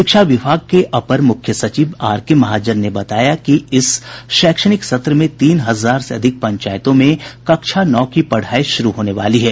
शिक्षा विभाग के अपर मुख्य सचिव आर के महाजन ने बताया कि इस शैक्षणिक सत्र में तीन हजार से अधिक पंचायतों में कक्षा नौ की पढ़ाई शुरू होने वाली है